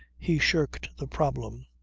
he shirked the problem.